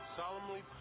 solemnly